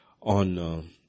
On